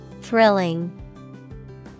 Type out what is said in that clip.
Thrilling